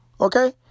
Okay